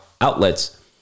outlets